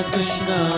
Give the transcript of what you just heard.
Krishna